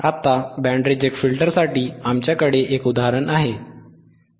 आता band reject फिल्टरसाठी आमच्याकडे एक उदाहरण आहे